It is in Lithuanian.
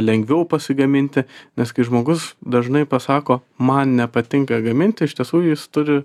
lengviau pasigaminti nes kai žmogus dažnai pasako man nepatinka gaminti iš tiesų jis turi